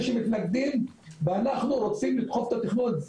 שמתנגדים ואנחנו רוצים לדחוף את התכנון הזה.